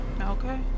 Okay